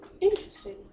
Interesting